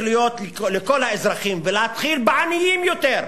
להיות לכל האזרחים ולהתחיל בעניים יותר.